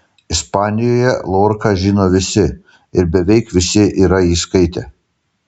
ispanijoje lorką žino visi ir beveik visi yra jį skaitę